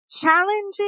challenging